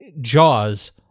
Jaws